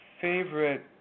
favorite